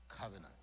covenant